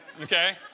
okay